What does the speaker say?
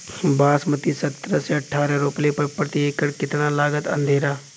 बासमती सत्रह से अठारह रोपले पर प्रति एकड़ कितना लागत अंधेरा?